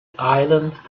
island